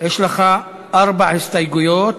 יש לך ארבע הסתייגויות,